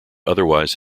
otherwise